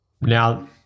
now –